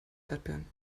erdbeeren